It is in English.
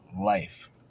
life